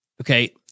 Okay